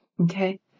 Okay